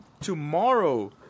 tomorrow